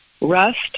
rust